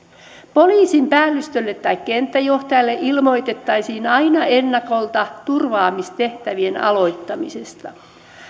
poliisin päällystölle tai kenttäjohtajalle ilmoitettaisiin aina ennakolta turvaamistehtävien aloittamisesta